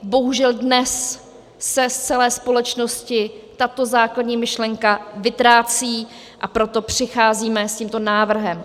Bohužel dnes se z celé společnosti tato základní myšlenka vytrácí, a proto přicházíme s tímto návrhem.